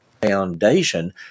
foundation